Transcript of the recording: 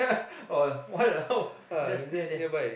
!walao! just near there